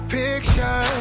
picture